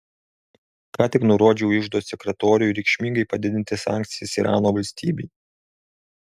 ką tik nurodžiau iždo sekretoriui reikšmingai padidinti sankcijas irano valstybei